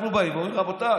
אנחנו אומרים: רבותיי,